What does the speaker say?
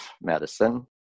medicine